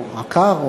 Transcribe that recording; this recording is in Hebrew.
או עקר,